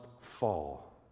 fall